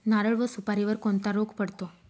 नारळ व सुपारीवर कोणता रोग पडतो?